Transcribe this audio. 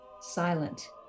silent